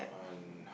on